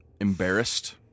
embarrassed